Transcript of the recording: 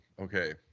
okay